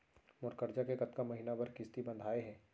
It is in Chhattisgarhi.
मोर करजा के कतका महीना बर किस्ती बंधाये हे?